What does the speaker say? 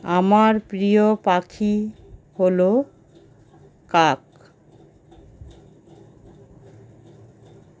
আমার প্রিয় পাখি হলো কাক